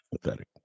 Pathetic